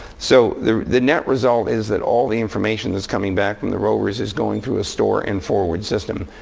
so the the net result is that all the information that's coming back from the rovers is going through a store and forward system,